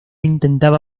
intentaba